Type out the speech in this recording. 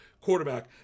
quarterback